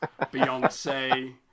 Beyonce